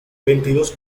veintidós